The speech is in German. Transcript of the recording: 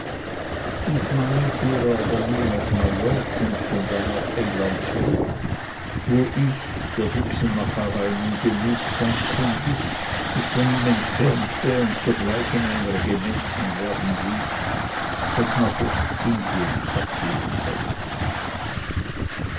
diesmal fuhr er aber nur nach neuyork und von da nach england zurück wo ich der büchsenmacherei nun genugsam kundig mich von ihm entfernte und sogleich in ein regiment anwerben ließ das nach ostindien abgehen sollte